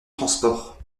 transport